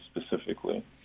specifically